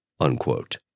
unquote